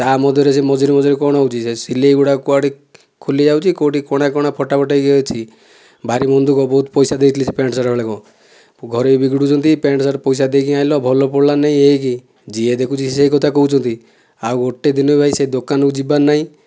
ତା'ମଧ୍ୟରେ ସେ ମଝିରେ ମଝିରେ କ'ଣ ହେଉଛି ଯେ ସିଲାଇ ଗୁଡ଼ାକ କୁଆଡ଼େ ଖୋଲି ଯାଉଛି କେଉଁଠି କଣା କଣା ଫଟା ଫଟା ହୋଇକି ଅଛି ଭାରି ମନ ଦୁଃଖ ବହୁତ ପଇସା ଦେଇଥିଲି ସେ ପ୍ୟାଣ୍ଟ ସାର୍ଟ ହଳକ ଘରେ ବି ବିଗୁଡ଼ୁଛନ୍ତି ପ୍ୟାଣ୍ଟ ସାର୍ଟ ପଇସା ଦେଇକି ଆଣିଲ ଭଲ ପଡ଼ିଲାନି ଏକ ଯିଏ ଦେଖୁଛି ସେ କଥା କହୁଛନ୍ତି ଆଉ ଗୋଟିଏ ଦିନ ଭାଇ ସେ ଦୋକାନକୁ ଯିବାର ନାହିଁ